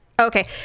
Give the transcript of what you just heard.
Okay